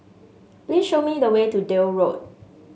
please show me the way to Deal Road